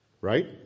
Right